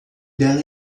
dela